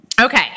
Okay